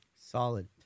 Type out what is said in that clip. Solid